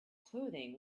clothing